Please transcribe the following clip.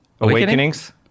awakenings